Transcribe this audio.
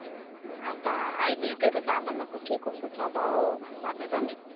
ए अन्त अहिले त्यही त चामलहरूको के कसो छ भाउ भनेर नि